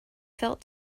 felt